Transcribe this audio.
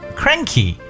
cranky